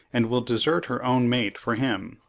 and will desert her own mate for him.